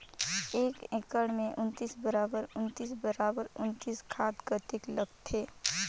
एक एकड़ मे उन्नीस बराबर उन्नीस बराबर उन्नीस खाद कतेक लगथे?